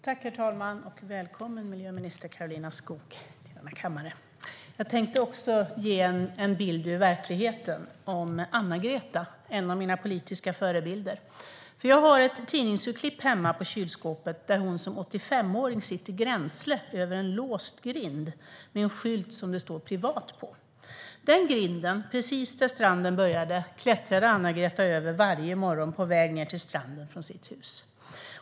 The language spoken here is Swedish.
Herr talman! Välkommen till denna kammare, miljöminister Karolina Skog! Jag tänkte också ge en bild ur verkligheten, av Anna-Greta, en av mina politiska förebilder. Jag har ett tidningsurklipp hemma på kylskåpet där hon som 85-åring sitter gränsle över en låst grind med en skylt som det står "Privat" på. Den grinden, precis där stranden började, klättrade Anna-Greta över varje morgon på väg ned till stranden från sitt hus.